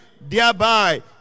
thereby